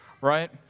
right